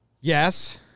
Yes